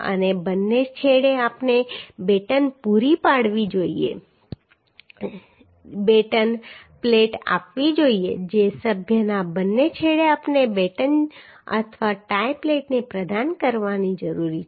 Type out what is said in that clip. અને બંને છેડે આપણે બેટન પૂરી પાડવી જોઈએ બેટન પ્લેટ આપવી જોઈએ જે સભ્યના બંને છેડે આપણે બેટન અથવા ટાઈ પ્લેટ પ્રદાન કરવાની જરૂર છે